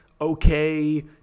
okay